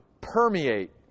permeate